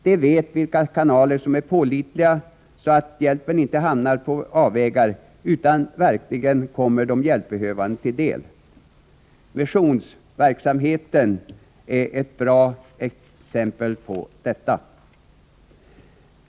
De vet vilka kanaler som är pålitliga, så att hjälpen inte hamnar på avvägar utan verkligen kommer de hjälpbehövande till del. Missionsverksamheten är ett bra exempel på detta.